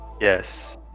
yes